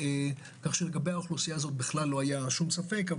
כך שלגבי האוכלוסייה הזאת לא היה ספק של ממש.